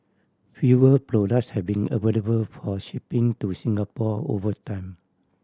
fewer products have been available for shipping to Singapore over time